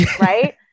Right